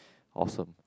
awesome